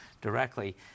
directly